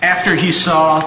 after he saw